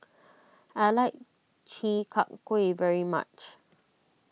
I like Chi Kak Kuih very much